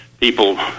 people